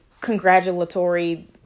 congratulatory